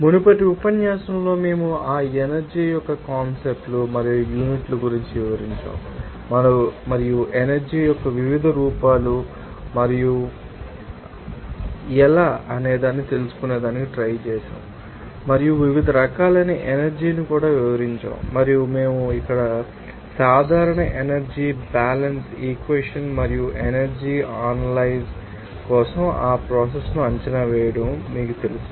మునుపటి ఉపన్యాసంలో మేము ఆ ఎనర్జీ యొక్క కాన్సెప్ట్ లు మరియు యూనిట్ల గురించి వివరించాము మరియు ఎనర్జీ యొక్క వివిధ రూపాలు ఏమిటి మరియు మీకు ఎలా తెలుసు అనేదానిని ఎలా లెక్కించవచ్చో కూడా వివరించాము మరియు వివిధ రకాలైన ఎనర్జీ ని కూడా వివరించాము మరియు మేము కూడా ఇచ్చాము సాధారణ ఎనర్జీ బ్యాలన్స్ ఈక్వెషన్ మరియు ఎనర్జీ ఆనలైజ్ కోసం ఆ ప్రోసెస్ ను అంచనా వేయడం మీకు తెలుసు